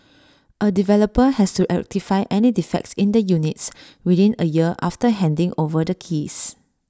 A developer has to rectify any defects in the units within A year after handing over the keys